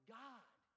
god